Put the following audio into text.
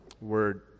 Word